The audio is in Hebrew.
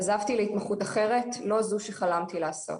עזבתי להתמחות אחרת, לא זו שחלמתי לעשות.